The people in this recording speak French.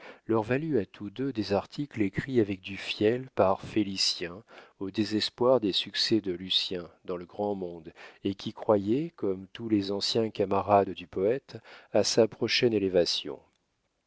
leur valut à tous deux des articles écrits avec du fiel par félicien au désespoir des succès de lucien dans le grand monde et qui croyait comme tous les anciens camarades du poète à sa prochaine élévation